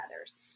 others